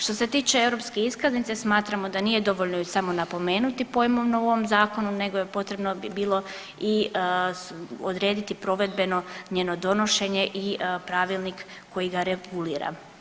Što se tiče europske iskaznice smatramo da nije dovoljno ju samo napomenuti pojmovno u ovom zakonu, nego je potrebno bilo i odrediti provedbeno njeno donošenje i pravilnik koji ga regulira.